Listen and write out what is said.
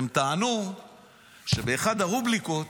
הם טענו שבאחת הרובריקות